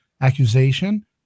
accusation